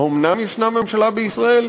האומנם יש ממשלה בישראל?